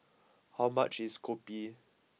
how much is Kopi